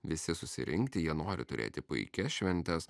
visi susirinkti jie nori turėti puikias šventes